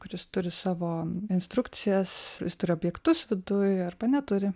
kuris turi savo instrukcijas turi objektus viduj arba neturi